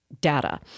data